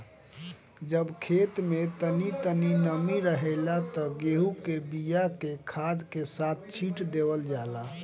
जब खेत में तनी तनी नमी रहेला त गेहू के बिया के खाद के साथ छिट देवल जाला